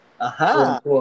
Aha